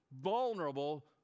vulnerable